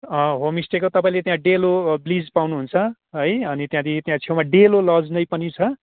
हमस्टेको तपाईँले त्यहाँ डेलो ब्लिज पाउनुहुन्छ है अनि त्याँदेखि त्याँ छेउमा डेलो लज नै पनि छ